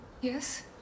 Yes